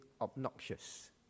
obnoxious